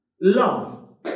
Love